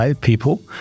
people